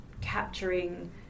capturing